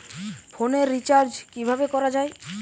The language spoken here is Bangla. ফোনের রিচার্জ কিভাবে করা যায়?